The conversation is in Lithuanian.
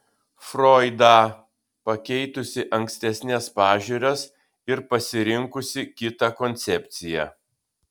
froidą pakeitusi ankstesnes pažiūras ir pasirinkusį kitą koncepciją